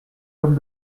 côme